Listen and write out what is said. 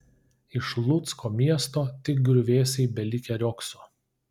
iš lucko miesto tik griuvėsiai belikę riogso